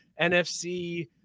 NFC